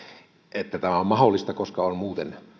että tämä on mahdollista koska